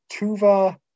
Tuva